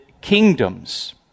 kingdoms